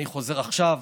אני חוזר עכשיו